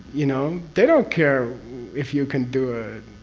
you know? they don't care if you can do a.